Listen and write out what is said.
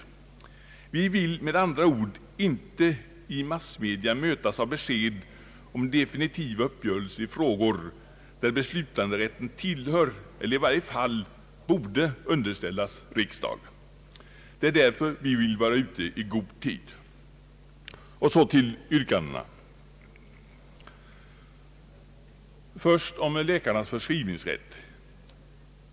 Vi vill med andra ord inte i massmedia mötas av besked om definitiva uppgörelser i frågor där beslutanderätten tillhör riksdagen eller i varje fall borde underställas riksdagen. Det är därför vi vill vara ute i god tid. Så till yrkandena. Först om läkarnas förskrivningsrätt.